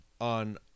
on